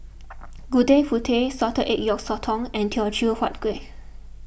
Gudeg Putih Salted Egg Yolk Sotong and Teochew Huat Kueh